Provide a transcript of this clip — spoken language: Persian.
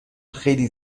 خیلی